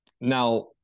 Now